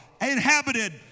inhabited